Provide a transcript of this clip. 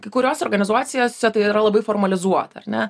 kai kurios organizuocijos setai yra labai formalizuoti ar ne